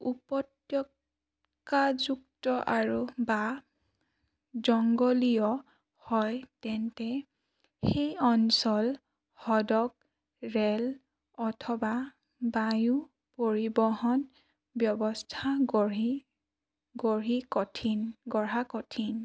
উপত্যকাযুক্ত আৰু বা জংগলীয় হয় তেন্তে সেই অঞ্চল সদক ৰেল অথবা বায়ু পৰিবহণ ব্যৱস্থা গঢ়ি গঢ়ি কঠিন গঢ়া কঠিন